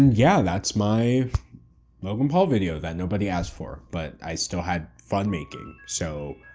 yeah, that's my logan paul video that nobody asked for, but i still had fun making. so,